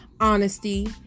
honesty